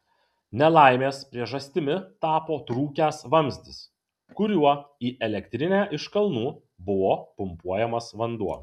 nelaimės priežastimi tapo trūkęs vamzdis kuriuo į elektrinę iš kalnų buvo pumpuojamas vanduo